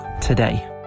today